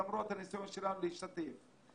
למרות הניסיונות שלנו להשתתף.